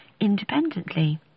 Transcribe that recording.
independently